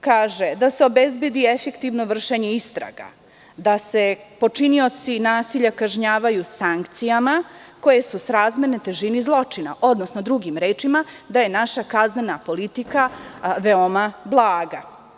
Kažu – da se obezbedi efektivno vršenje istraga, da se počinioci nasilja kažnjavaju sankcijama koje su srazmerne težini zločina, odnosno drugim rečima, da je naša kaznena politika veoma blaga.